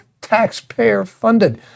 taxpayer-funded